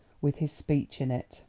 with his speech in it.